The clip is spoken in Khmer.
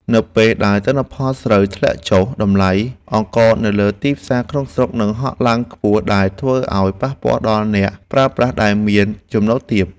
នៅពេលដែលទិន្នផលស្រូវធ្លាក់ចុះតម្លៃអង្ករនៅលើទីផ្សារក្នុងស្រុកនឹងហក់ឡើងខ្ពស់ដែលធ្វើឱ្យប៉ះពាល់ដល់អ្នកប្រើប្រាស់ដែលមាន ចំណូលទាប។